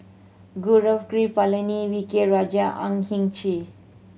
Gaurav Kripalani V K Rajah Ang Hin Kee